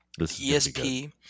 ESP